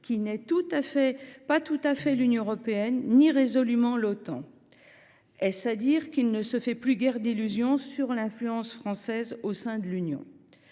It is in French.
qui n’est ni tout à fait l’Union européenne ni résolument l’Otan ». Est ce à dire qu’il ne se fait plus guère d’illusions sur l’influence française au sein de l’Union ?